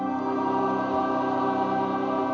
oh